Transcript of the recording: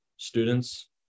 students